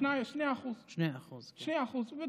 2%, 2% וקצת.